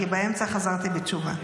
כי באמצע חזרתי בתשובה.